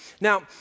Now